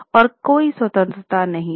और कोई स्वतंत्रता नहीं थी